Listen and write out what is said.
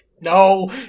No